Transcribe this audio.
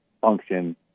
function